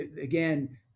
again